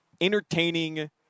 entertaining